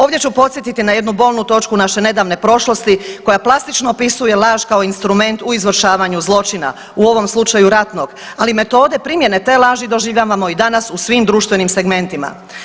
Ovdje ću podsjetiti na jednu bolnu točku naše nedavne prošlosti koja plastično opisuje laž kao instrument u izvršavanju zločina, u ovom slučaju ratnog, ali metode primjene te laži doživljavamo i danas u svim društvenim segmentima.